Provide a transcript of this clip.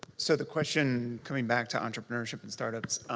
so the question, coming back to entrepreneurship and startups,